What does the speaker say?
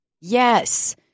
yes